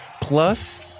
plus